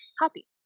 happy